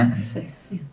Six